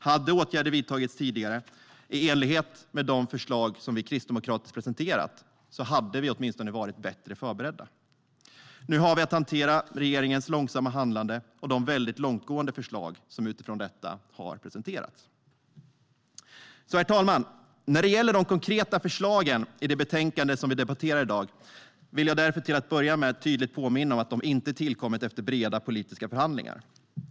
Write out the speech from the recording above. Hade åtgärder vidtagits tidigare, i enlighet med de förslag vi kristdemokrater presenterat, hade vi åtminstone varit bättre förberedda. Nu har vi att hantera regeringens långsamma handlande och de väldigt långtgående förslag som utifrån detta har presenterats. Herr talman! När det gäller de konkreta förslagen i det betänkande som vi debatterar i dag vill jag därför till att börja med tydligt påminna om att de inte tillkommit efter breda politiska förhandlingar.